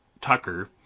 Tucker